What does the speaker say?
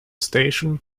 station